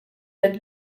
had